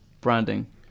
branding